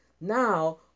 Now